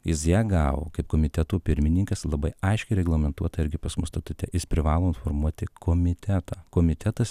jis ją gavo kaip komiteto pirmininkas labai aiškiai reglamentuota irgi pas mus statute jis privalo informuoti komitetą komitetas